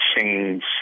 change